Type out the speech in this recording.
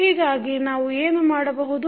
ಹೀಗಾಗಿ ನಾವು ಏನು ಮಾಡಬಹುದು